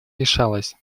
решалось